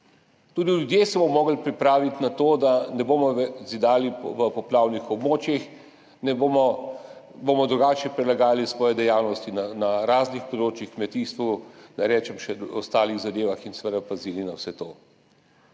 Tudi ljudje se bomo morali pripraviti na to, da ne bomo zidali na poplavnih območjih, da bomo drugače prilagajali svoje dejavnosti na raznih področjih v kmetijstvu, da ne rečem še o ostalih zadevah, in seveda pazili na vse to.